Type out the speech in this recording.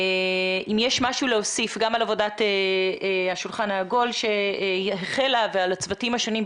אם יש לך משהו להוסיף גם על עבודת השולחן העגול ועל הצוותים השונים.